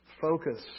focus